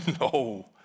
no